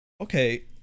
okay